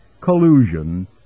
collusion